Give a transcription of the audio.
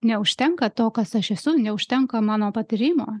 neužtenka to kas aš esu neužtenka mano patyrimo